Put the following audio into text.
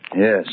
Yes